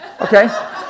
Okay